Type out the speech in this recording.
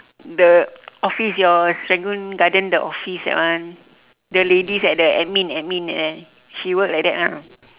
the office your serangoon garden the office that one the ladies at the admin admin there she work like that lah